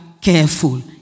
careful